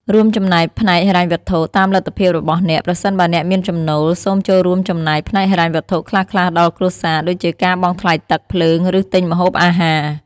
រួមចំណែកផ្នែកហិរញ្ញវត្ថុ តាមលទ្ធភាពរបស់អ្នក ប្រសិនបើអ្នកមានចំណូល សូមចូលរួមចំណែកផ្នែកហិរញ្ញវត្ថុខ្លះៗដល់គ្រួសារ ដូចជាការបង់ថ្លៃទឹក ភ្លើង ឬទិញម្ហូបអាហារ។